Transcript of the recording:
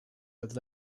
had